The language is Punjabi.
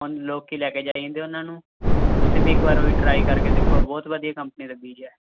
ਹੈ ਲੋਕ ਲੈ ਕੇ ਜਾਈ ਜਾਂਦੇ ਉਹਨਾਂ ਨੂੰ ਤੁਸੀਂ ਵੀ ਇੱਕ ਵਾਰ ਉਹੀ ਟਰਾਈ ਕਰਕੇ ਦੇਖੋ ਬਹੁਤ ਵਧੀਆ ਕੰਪਨੀ ਦੇ ਬੀਜ ਹੈ